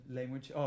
language